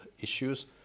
issues